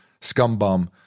Scumbum